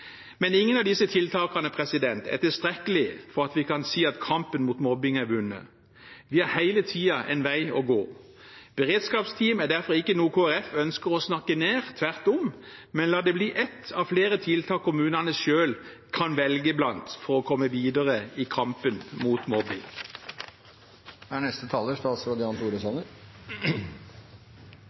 Men ingen av disse tiltakene er tilstrekkelige for at vi kan si at kampen mot mobbing er vunnet. Vi har hele tiden en vei å gå. Beredskapsteam er derfor ikke noe Kristelig Folkeparti ønsker å snakke ned – tvert om. Men la det bli et av flere tiltak kommunene selv kan velge blant for å komme videre i kampen mot mobbing. Kampen mot mobbing har høy prioritet. Jeg er